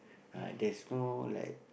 uh there's no like